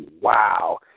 Wow